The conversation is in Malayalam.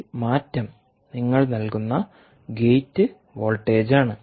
ഈ മാറ്റം നിങ്ങൾ നൽകുന്ന ഗേറ്റ് വോൾട്ടേജാണ്